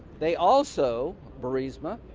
they also, burisma,